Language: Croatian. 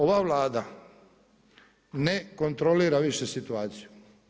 Ova Vlada ne kontrolira više situaciju.